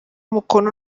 umukono